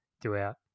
throughout